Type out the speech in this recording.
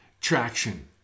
traction